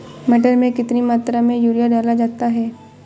मटर में कितनी मात्रा में यूरिया डाला जाता है?